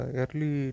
early